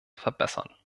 verbessern